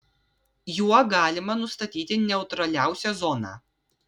juo galima nustatyti neutraliausią zoną